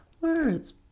Words